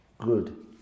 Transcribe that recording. Good